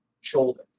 Shoulder